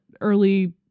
early